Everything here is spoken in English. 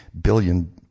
billion